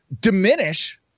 diminish